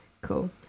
Cool